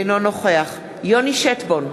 אינו נוכח יוני שטבון,